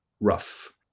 rough